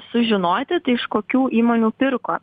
sužinoti tai iš kokių įmonių pirko